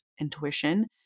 intuition